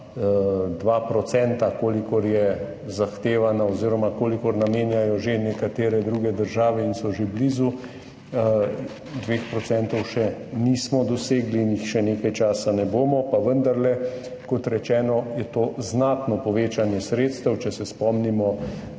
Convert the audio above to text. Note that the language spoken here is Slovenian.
kolikor je zahtevano oziroma kolikor namenjajo nekatere druge države in so že blizu, dveh odstotkov še nismo dosegli in jih še nekaj časa ne bomo. Pa vendarle, kot rečeno, je to znatno povečanje sredstev, če se spomnimo,